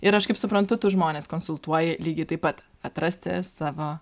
ir aš kaip suprantu tu žmones konsultuoji lygiai taip pat atrasti savo